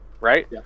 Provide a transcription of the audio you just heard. right